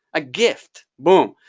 a gift, boom.